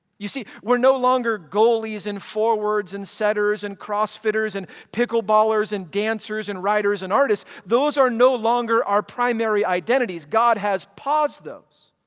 you see we're no longer goalies and forwards and setters and crossfitters and pickle ballers and dancers and writers and artists. those are no longer our primary identities. god has paused those.